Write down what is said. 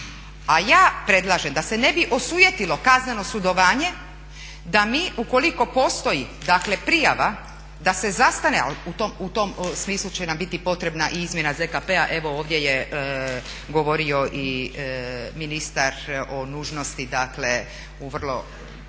a ja predlažem da se ne bi osujetilo kazneno sudovanje da mi ukoliko postoji dakle prijava da se zastane, u tom smislu će nam biti potrebna i izmjena ZKP-a evo ovdje je govorio i ministar o nužnosti dakle u jedno